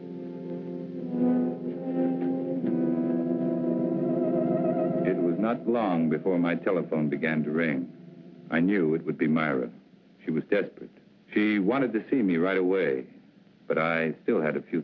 we was not long before my telephone began to ring i knew it would be myra she was that she wanted to see me right away but i still had a few